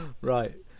Right